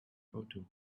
photo